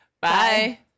Bye